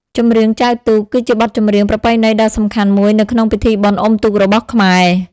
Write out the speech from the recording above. ចម្រៀងចែវទូក គឺជាបទចម្រៀងប្រពៃណីដ៏សំខាន់មួយនៅក្នុងពិធីបុណ្យអុំទូករបស់ខ្មែរ។